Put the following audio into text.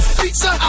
pizza